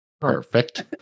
Perfect